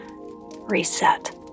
reset